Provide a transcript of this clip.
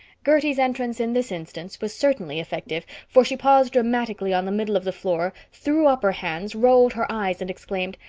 gertie's entrance in this instance was certainly effective, for she paused dramatically on the middle of the floor, threw up her hands, rolled her eyes, and exclaimed,